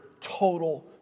total